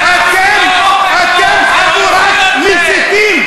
אתם חבורת מסיתים.